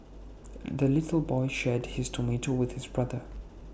the little boy shared his tomato with his brother